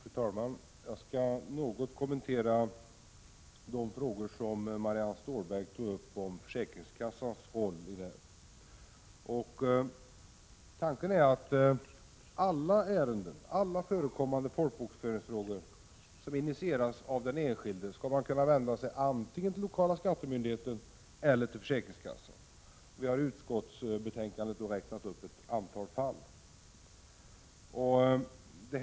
Fru talman! Jag skall något kommentera de frågor som Marianne Stålberg tog upp om försäkringskassornas roll. Tanken är att man i alla förekommande folkbokföringsfrågor som initieras av den enskilde skall kunna vända sig till antingen lokala skattemyndigheten eller försäkringskassan. I utskottsbetänkandet har räknats upp ett antal exempel på sådana ärenden.